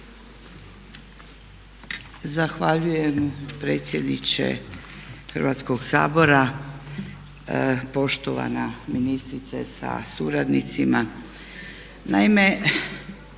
Zahvaljujem predsjedniče Hrvatskog sabora, poštovana ministrice sa suradnicima.